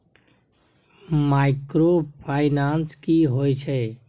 Microfinance की होय छै?